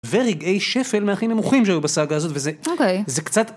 ורגעי שפל מהכי נמוכים שהיו בסאגה הזאת, וזה... אוקיי... זה קצת...